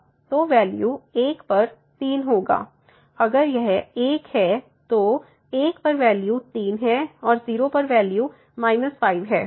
तो वैल्यू 1 पर 3 होगा अगर यह 1 है तो 1 पर वैल्यू 3 है और 0 पर वैल्यू 5 है और फ़ंक्शन कंटिन्यूस है